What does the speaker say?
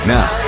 Now